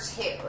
two